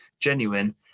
genuine